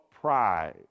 Pride